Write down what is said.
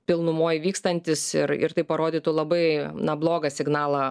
pilnumoj vykstantis ir ir tai parodytų labai na blogą signalą